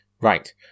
Right